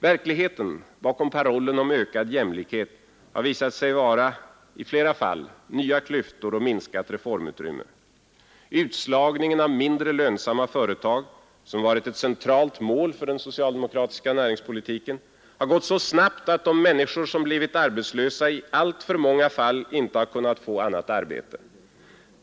Verkligheten bakom parollen om ökad jämlikhet har i flera fall visat sig vara nya klyftor och minskat reformutrymme. Utslagningen av mindre lönsamma företag, som varit ett centralt mål för den socialdemokratiska näringspolitiken, har gått så snabbt att de människor som blivit arbetslösa i alltför många fall inte har kunnat få annat arbete.